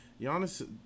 Giannis